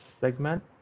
segment